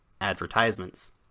advertisements